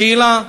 השאלה,